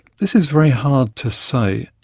this is very hard to say.